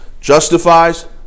justifies